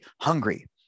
hungry